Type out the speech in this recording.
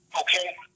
okay